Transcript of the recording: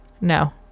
No